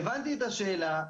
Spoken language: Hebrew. את השאלה,